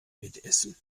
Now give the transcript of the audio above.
mitessen